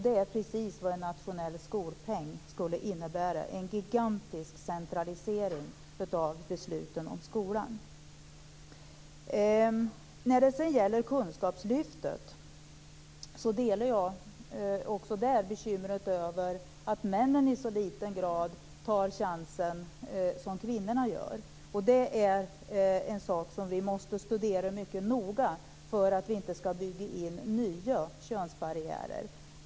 Det är precis vad en nationell skolpeng skulle innebära, dvs. en gigantisk centralisering av besluten om skolan. När det sedan gäller kunskapslyftet delar jag också bekymret över att männen i så liten utsträckning tar chansen, som kvinnorna gör. Det är en sak som vi måste studera mycket noga för att vi inte skall bygga in nya könsbarriärer.